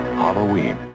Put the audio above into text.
Halloween